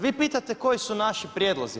Vi pitate koji su naši prijedlozi.